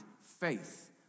faith